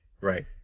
right